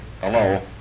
Hello